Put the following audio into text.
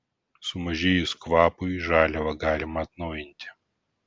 sumažėjus kvapui žaliavą galima atnaujinti